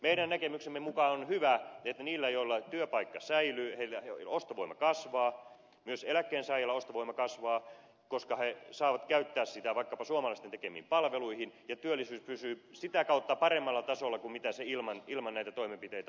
meidän näkemyksemme mukaan on hyvä että niillä joilla työpaikka säilyy ostovoima kasvaa ja myös eläkkeensaajilla ostovoima kasvaa koska he saavat käyttää sitä vaikkapa suomalaisten tekemiin palveluihin ja työllisyys pysyy sitä kautta paremmalla tasolla kuin mitä se ilman näitä toimenpiteitä olisi